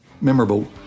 memorable